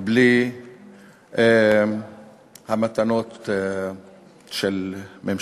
בלי המתנות של ממשלתך,